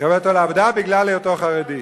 לקבל אותו לעבודה בגלל היותו חרדי.